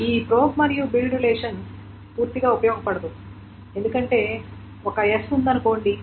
ఈ ప్రోబ్ మరియు build relation పూర్తిగా ఉపయోగపడదు ఎందుకంటే ఒక s ఉందనుకోండి